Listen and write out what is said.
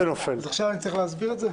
אז עכשיו אני צריך להסביר את זה?